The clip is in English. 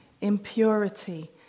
impurity